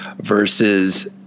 versus